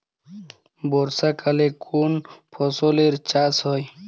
বর্ষাকালে কোন ফসলের চাষ হয়?